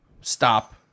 stop